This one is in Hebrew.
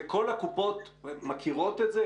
וכל הקופות מכירות את זה?